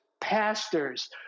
pastors